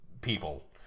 people